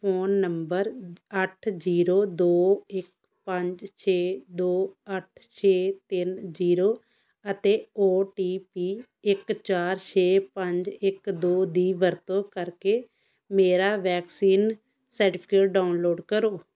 phone number ਅੱਠ zero ਦੋ ਇੱਕ ਪੰਜ ਛੇ ਦੋ ਅੱਠ ਛੇ ਤਿੰਨ ਜੀਰੋ ਅਤੇ ਓ ਟੀ ਪੀ ਇੱਕ ਚਾਰ ਛੇ ਪੰਜ ਇੱਕ ਦੋ ਦੀ ਵਰਤੋਂ ਕਰਕੇ ਮੇਰਾ ਵੈਕਸੀਨ ਸਰਟੀਫਿਕੇਟ ਡਾਊਨਲੋਡ ਕਰੋ